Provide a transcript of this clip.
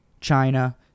China